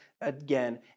again